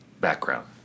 background